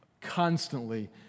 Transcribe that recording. constantly